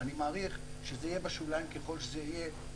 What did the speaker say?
אני מעריך שזה יהיה בשוליים ככל שזה יהיה.